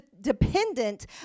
dependent